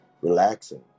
relaxing